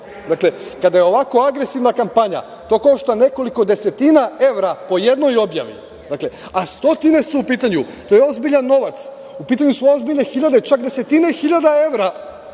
Dakle, kada je ovako agresivna kampanja, to košta nekoliko desetina evra po jednoj objavi, a stotine su u pitanju. To je ozbiljan novac, u pitanju su ozbiljne hiljade, čak desetine hiljada evra